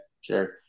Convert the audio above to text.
sure